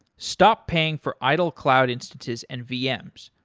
stop paying for idle cloud instances and vms.